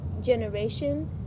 generation